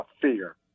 fear